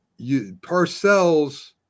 Parcells